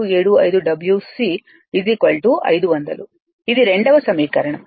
2475 Wc 500 ఇది రెండవ సమీకరణం